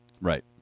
Right